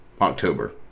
October